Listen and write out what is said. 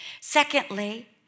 Secondly